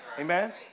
Amen